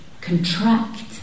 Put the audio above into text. contract